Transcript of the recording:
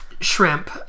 shrimp